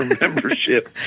membership